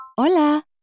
Hola